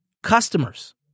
customers